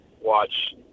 watch